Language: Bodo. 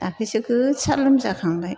दाख्लैसो गोसा लोमजाखांबाय